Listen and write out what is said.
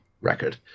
record